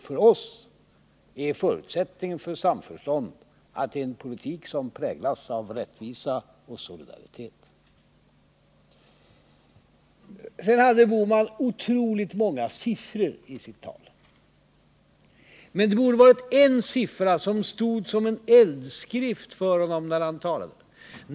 För oss är förutsättningen för samförstånd en politik som präglas av rättvisa och solidaritet. Herr Bohman hade otroligt många siffror i sitt tal, men en siffra borde ha stått som en eldskrift för honom när han talade.